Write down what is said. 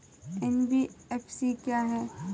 NBFC क्या है?